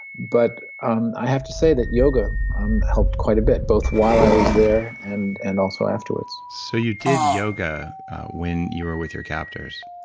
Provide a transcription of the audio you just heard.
but um i have to say that yoga um helped quite a bit, both while i was there, and and also afterwards so you did yoga when you were with your captors?